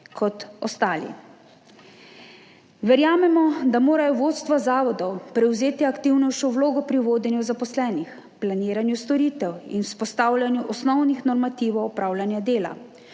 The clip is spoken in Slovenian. kot ostali. Verjamemo, da morajo vodstva zavodov prevzeti aktivnejšo vlogo pri vodenju zaposlenih, planiranju storitev in vzpostavljanju osnovnih normativov opravljanja dela,